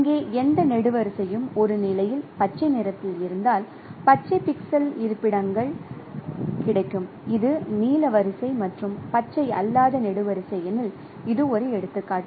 அங்கே எந்த நெடுவரிசையும் ஒரு நிலையில் பச்சை நிறத்தில் இருந்தால் பச்சை பிக்சல் இருப்பிடங்கள் கிடைக்கும் இது நீல வரிசை மற்றும் பச்சை அல்லாத நெடுவரிசை எனில் இது ஒரு எடுத்துக்காட்டு